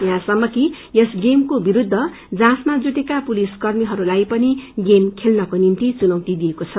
यहाँसमम कि यस गेमस्रो विरूद्ध जाँचमा जजुटेका पूलसकर्मीहरूलाई पनि गेम खेल्नको निभ्ति घुनौती दिइएको छ